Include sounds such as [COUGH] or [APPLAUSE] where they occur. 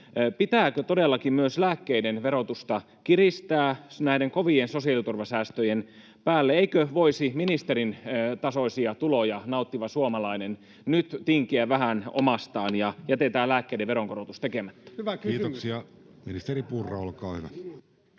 Pitääkö todellakin myös lääkkeiden verotusta kiristää näiden kovien sosiaaliturvasäästöjen päälle? Eikö voisi ministerin [NOISE] tasoisia tuloja nauttiva suomalainen nyt tinkiä vähän omastaan? [NOISE] Jätetään lääkkeiden veronkorotus tekemättä. Kiitoksia. — Ministeri Purra, olkaa hyvä.